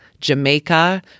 Jamaica